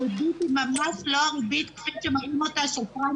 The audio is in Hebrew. הריבית היא ממש לא הריבית כפי שמראים אותה של פריים